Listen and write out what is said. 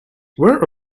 where